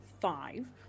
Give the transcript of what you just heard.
five